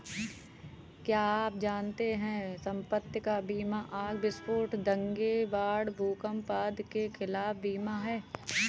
क्या आप जानते है संपत्ति का बीमा आग, विस्फोट, दंगे, बाढ़, भूकंप आदि के खिलाफ बीमा है?